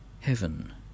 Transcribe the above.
Heaven